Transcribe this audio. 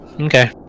Okay